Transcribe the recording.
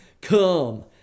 come